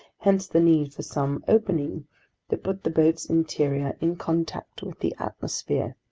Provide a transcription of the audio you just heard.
hence the need for some opening that put the boat's interior in contact with the atmosphere.